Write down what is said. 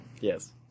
Yes